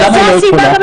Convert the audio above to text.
למה היא לא יכולה?